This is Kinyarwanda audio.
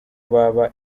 baba